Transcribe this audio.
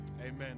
Amen